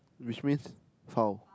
which means how